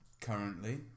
currently